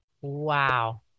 Wow